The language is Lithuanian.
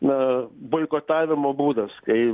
na boikotavimo būdas kai